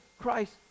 Christ